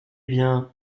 bien